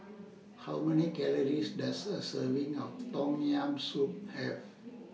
How Many Calories Does A Serving of Tom Yam Soup Have